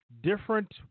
different